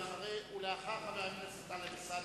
לאחר חבר הכנסת טלב אלסאנע,